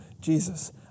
Jesus